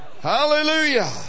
Hallelujah